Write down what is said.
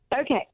Okay